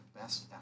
best